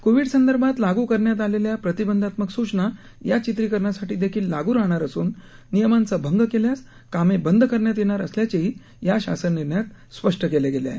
कोविडसंदर्भात लागू करण्यात आलेल्या प्रतिबंधात्मक सूचना या चित्रीकरणासाठी देखील लागू राहणार असून नियमांचा भंग केल्यास कामे बंद करण्यात येणार असल्याचेही या शासन निर्णयात स्पष्ट केले आहे